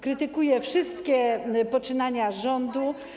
krytykuje wszystkie poczynania rządu.